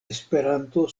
esperanto